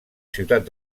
ciutat